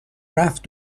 رفت